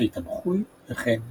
בתי תמחוי וכן מסחר.